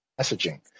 messaging